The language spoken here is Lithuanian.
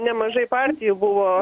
nemažai partijų buvo